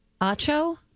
Acho